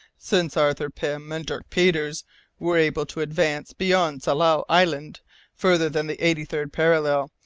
since arthur pym and dirk peters were able to advance beyond tsalal island farther than the eighty-third parallel,